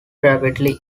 rapidly